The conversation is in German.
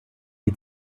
die